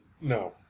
No